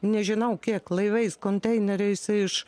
nežinau kiek laivais konteineriais iš